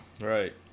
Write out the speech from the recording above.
Right